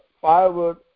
firewood